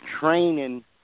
training